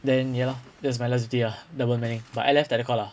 then ya lor that's my last duty ah double meaning but I left tak ada call lah